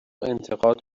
انتقاد